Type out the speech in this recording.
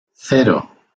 cero